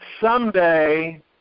someday